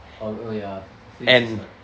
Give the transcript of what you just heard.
oh oh ya fridge is hot